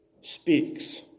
speaks